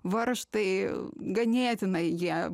varžtai ganėtinai jie